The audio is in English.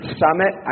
summit